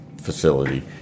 facility